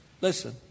listen